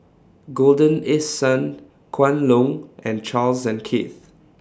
Golden East Sun Kwan Loong and Charles and Keith